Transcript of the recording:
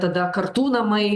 tada kartų namai